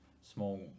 small